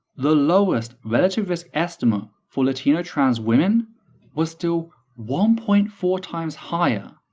the lowest relative risk estimate for latino trans women was still one point four times higher,